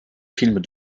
films